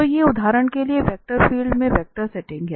तो ये उदाहरण के लिए वेक्टर फील्ड में वेक्टर सेटिंग हैं